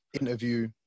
interview